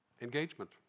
engagement